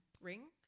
ring